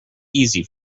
easy